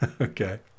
okay